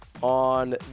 on